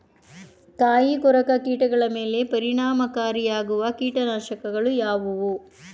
ಕಾಯಿಕೊರಕ ಕೀಟಗಳ ಮೇಲೆ ಪರಿಣಾಮಕಾರಿಯಾಗಿರುವ ಕೀಟನಾಶಗಳು ಯಾವುವು?